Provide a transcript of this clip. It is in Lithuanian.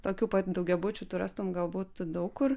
tokių pat daugiabučių tu rastum galbūt daug kur